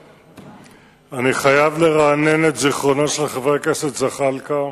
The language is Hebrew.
אני חייב לרענן את זיכרונו של חבר הכנסת זחאלקה,